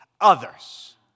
others